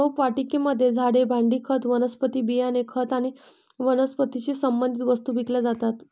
रोपवाटिकेमध्ये झाडे, भांडी, खत, वनस्पती बियाणे, खत आणि वनस्पतीशी संबंधित वस्तू विकल्या जातात